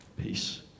peace